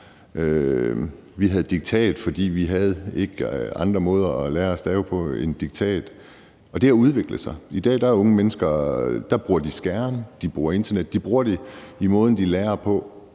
Vi havde diktat, fordi vi ikke havde andre måder at lære at stave på end diktat. Og det har udviklet sig; i dag bruger unge menneskers skærme, de bruger internettet – de bruger det i måden, de lærer på.